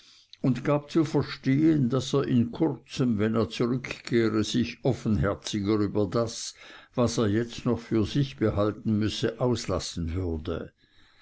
und gab zu verstehen daß er in kurzem wenn er zurückkehre sich offenherziger über das was er jetzt noch für sich behalten müsse auslassen würde